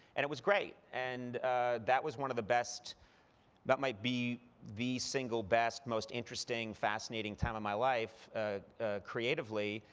and it was great. and that was one of the best that might be the single best most interesting, fascinating time of my life creatively,